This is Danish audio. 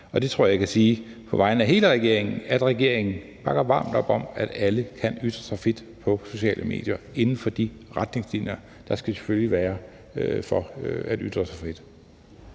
og det tror jeg jeg kan sige på vegne af hele regeringen – at regeringen bakker varmt op om, at alle kan ytre sig frit på sociale medier inden for de retningslinjer, der selvfølgelig skal være for at ytre sig frit.